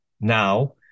now